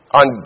on